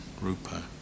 Rupa